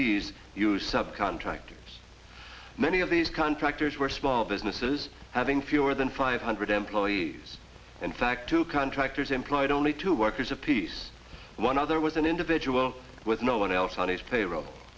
these used subcontractors many of these contractors were small businesses having fewer than five hundred employees in fact two contractors employed only two workers apiece one other was an individual no one else on his payroll